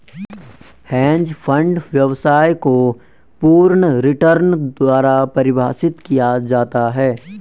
hedge fund व्यवसाय को पूर्ण रिटर्न द्वारा परिभाषित किया जाता है